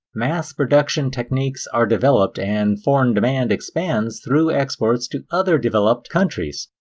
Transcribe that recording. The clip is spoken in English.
mass-production techniques are developed and foreign demand expands through exports to other developed countries.